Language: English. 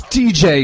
dj